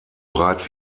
breit